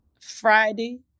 friday